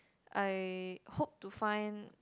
I hope to find